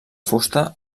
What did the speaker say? fusta